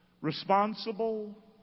responsible